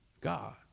God